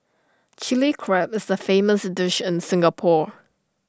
Chilli Crab is A famous dish in Singapore